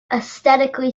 aesthetically